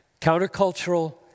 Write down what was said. countercultural